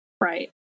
Right